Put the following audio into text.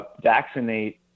vaccinate